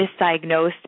misdiagnosed